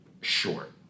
short